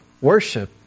worship